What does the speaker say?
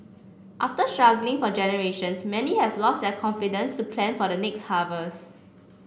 after struggling for generations many have lost their confidence to plan for the next harvest